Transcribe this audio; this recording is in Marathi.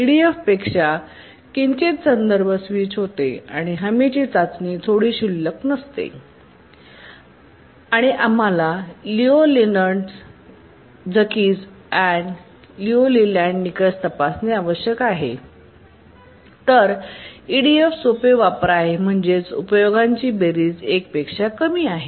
ईडीएफपेक्षा किंचित अधिक संदर्भ स्विच होते आणि हमीची चाचणी थोडी क्षुल्लक नसते आणि आम्हाला लियू लेहोकझकीज किंवा लियू लेलँड निकष तपासणे आवश्यक आहे तर ईडीएफ सोपे वापर आहे म्हणजेच उपयोगांची बेरीज 1 पेक्षा कमी आहे